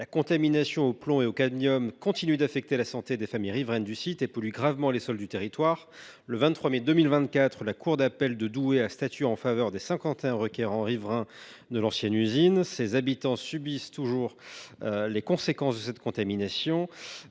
la contamination au plomb et au cadmium continue d’affecter la santé des familles riveraines du site et de polluer gravement les sols du territoire. Le 23 mai 2024, la cour d’appel de Douai a statué en faveur des cinquante et un requérants riverains de l’ancienne usine. Ces habitants subissent toujours les conséquences de cette contamination,